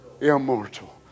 immortal